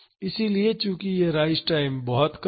इसलिए चूंकि यह राइज टाइम बहुत कम है